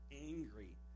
angry